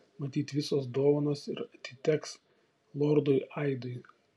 matyt visos dovanos ir atiteks lordui aidui